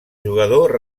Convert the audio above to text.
jugador